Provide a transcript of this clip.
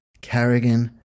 Carrigan